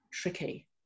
tricky